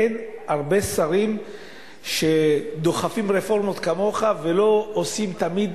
אין הרבה שרים שדוחפים רפורמות כמוך ולא עושים תמיד